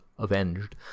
avenged